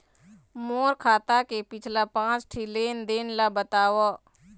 मोर खाता के पिछला पांच ठी लेन देन ला बताव?